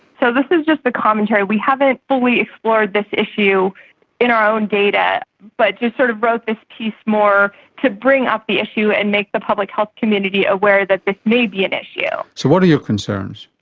so this is just the commentary, we haven't fully explored this issue in our own data, but we sort of wrote this piece more to bring up the issue and make the public health community aware that this may be an issue. so what are your concerns?